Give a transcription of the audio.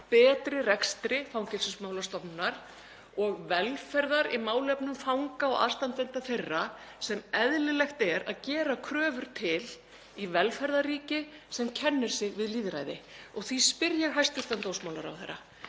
betri rekstri Fangelsismálastofnunar og velferðar í málefnum fanga og aðstandenda þeirra sem eðlilegt er að gera kröfur til í velferðarríki sem kennir sig við lýðræði. Því spyr ég hæstv. dómsmálaráðherra: